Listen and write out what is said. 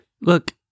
Look